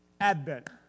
Advent